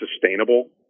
sustainable